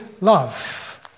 love